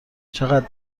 چقد